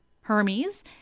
Hermes